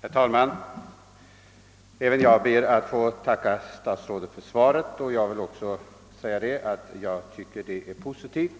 Herr talman! Även jag ber att få tacka statsrådet för svaret, som jag uppfattar som positivt.